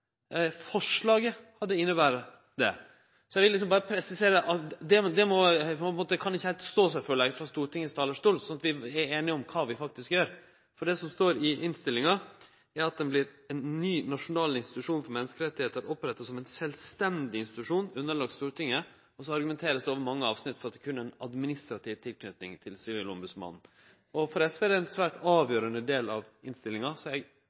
Forslaget hadde innebore det. Så eg vil berre presisere at det ikkje heilt kan stå seg, føler eg, frå Stortingets talarstol, sånn at vi er einige om kva vi faktisk gjer. For det som står i innstillinga, er at «ny nasjonal institusjon for menneskerettigheter opprettes som en selvstendig institusjon, underlagt Stortinget». Og så vert det argumentert over fleire avsnitt for at det berre er ei administrativ tilknyting til Sivilombotsmannen. For SV er dette ein svært avgjerande del av innstillinga, så eg oppfattar at det er